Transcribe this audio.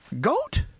Goat